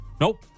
Nope